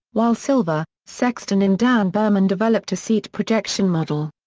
while silver, sexton and dan berman developed a seat projection model.